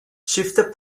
shifted